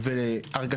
יום